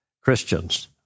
Christians